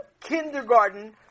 kindergarten